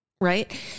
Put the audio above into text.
right